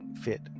fit